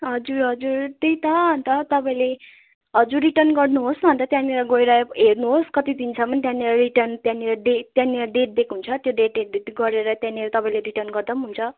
हजुर हजुर त्यही त अन्त तपाईँले हजुर रिटर्न गर्नुहोस् न अन्त त्यहाँनिर गएर हेर्नुहोस् कति दिनसम्म त्यहाँनिर रिटर्न त्यहाँनिर डेट त्यहाँनिर डेट दिएको हुन्छ त्यो डेट डेट गरेर त्यहाँनिर तपाईँले रिटर्न गर्दा पनि हुन्छ